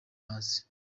hasi